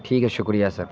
ٹھیک ہے شکریہ سر